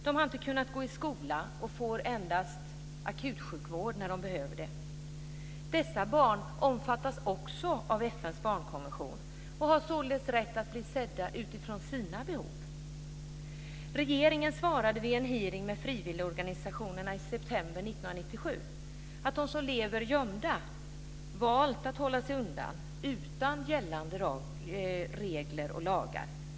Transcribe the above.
De har inte kunnat gå i skola, och de får endast akutsjukvård när de behöver det. Dessa barn omfattas också av FN:s barnkonvention och har således rätt att bli sedda utifrån sina behov. Regeringen svarade vid en hearing med frivilligorganisationerna i september 1997 att de som lever gömda har valt att hålla sig undan gällande regler och lagar.